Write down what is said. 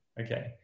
Okay